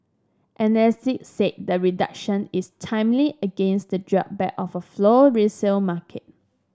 analyst said the reduction is timely against the drawback of a slow resale market